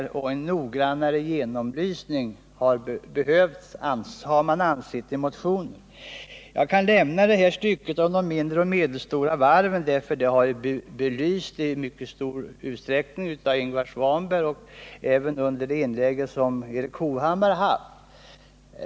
Det behövs en noggrannare genomlysning, anser motionärerna. Jag kan lämna avsnittet om de mindre och medelstora varven, för det har i mycket stor utsträckning belysts av Ingvar Svanberg och Erik Hovhammar.